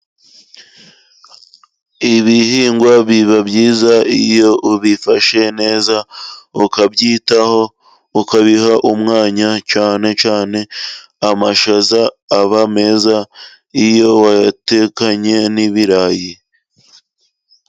Ibihingwa biba byiza iyo ubifashe neza, ukabyitaho ukabiha umwanya, cyane cyane amashaza aba meza iyo wayatekanye n'ibirayi.